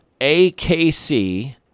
AKC